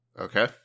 Okay